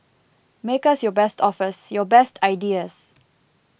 make us your best offers your best ideas